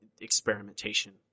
experimentation